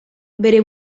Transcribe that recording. bere